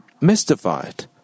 mystified